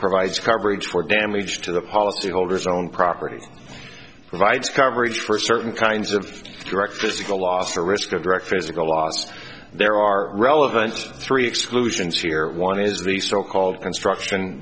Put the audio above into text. provides coverage for damage to the policy holders own property provides coverage for certain kinds of direct physical loss or risk of direct physical last there are relevant three exclusions here one is the so called construction